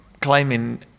claiming